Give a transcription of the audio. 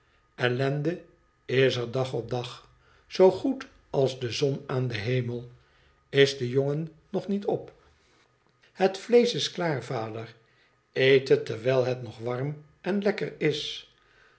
is er dag op dag zoo goed als de zon aan den hemel is de jongen nog niet op r het vleesch is klaar vader eet het terwijl het nog warm en lekker is